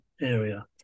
area